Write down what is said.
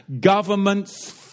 Government's